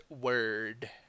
word